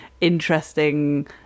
interesting